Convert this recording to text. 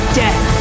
death